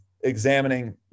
examining